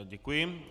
Děkuji.